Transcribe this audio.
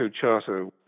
charter